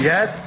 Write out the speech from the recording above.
Yes